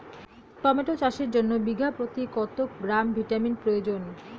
Tomato চাষের জন্য বিঘা প্রতি কত গ্রাম ভিটামিন প্রয়োজন?